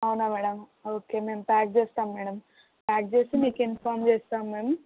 అవునా madam okay మేము pack చేస్తాం మేడం ప్యాక్ చేసి మీకు ఇంఫార్మ్ చేస్తాం మ్యామ్